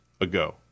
ago